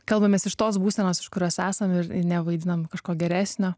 kalbamės iš tos būsenos iš kurios esam ir nevaidinam kažko geresnio